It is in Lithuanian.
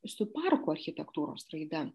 su parko architektūros raida